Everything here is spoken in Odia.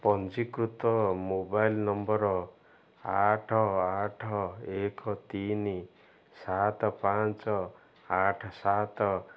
ପଞ୍ଜିକୃତ ମୋବାଇଲ୍ ନମ୍ବର୍ ଆଠ ଆଠ ଏକ ତିନି ସାତ ପାଞ୍ଚ ଆଠ ସାତ